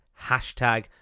Hashtag